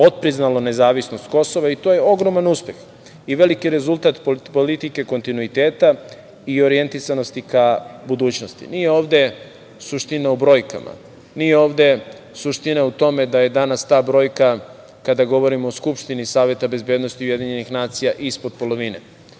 otpriznalo nezavisnost Kosova i to je ogroman uspeh i veliki rezultat politike kontinuiteta i orijentisanosti ka budućnosti. Nije ovde suština u brojkama, nije ovde suština u tome da je danas ta brojka, kada govorimo o Skupštini Saveta bezbednosti UN, ispod polovine,